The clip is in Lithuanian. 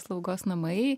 slaugos namai